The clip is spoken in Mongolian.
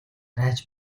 айж